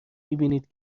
میبینید